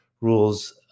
rules